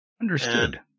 Understood